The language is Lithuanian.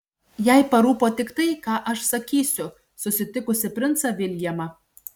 jai parūpo tik tai ką aš sakysiu susitikusi princą viljamą